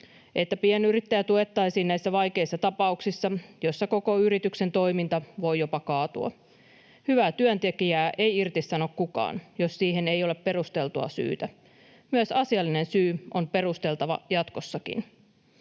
että pienyrittäjää tuettaisiin näissä vaikeissa tapauksissa, joissa koko yrityksen toiminta voi jopa kaatua. Hyvää työntekijää ei irtisano kukaan, jos siihen ei ole perusteltua syytä. Myös asiallinen syy on perusteltava jatkossakin.